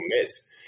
miss